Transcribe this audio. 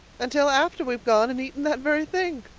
until after we've gone and eaten that very thing.